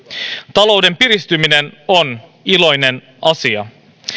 talouden piristyminen on iloinen asia